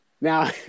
Now